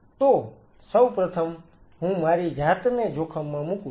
તો સૌપ્રથમ હું મારી જાતને જોખમમાં મુકું છું